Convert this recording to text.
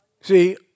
See